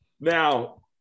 Now